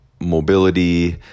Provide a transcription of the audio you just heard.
mobility